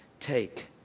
Take